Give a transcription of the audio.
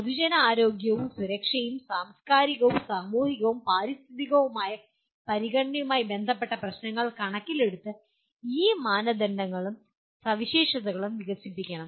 പൊതുജനാരോഗ്യവും സുരക്ഷയും സാംസ്കാരികവും സാമൂഹികവും പാരിസ്ഥിതികവുമായ പരിഗണനയുമായി ബന്ധപ്പെട്ട പ്രശ്നങ്ങൾ കണക്കിലെടുത്ത് ഈ മാനദണ്ഡങ്ങളും സവിശേഷതകളും വികസിപ്പിക്കണം